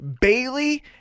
Bailey